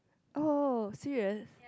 oh serious